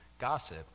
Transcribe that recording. gossip